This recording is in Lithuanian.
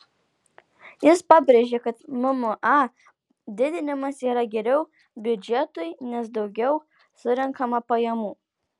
ji pabrėžė kad mma didinimas yra geriau biudžetui nes daugiau surenkama pajamų